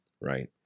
Right